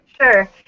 Sure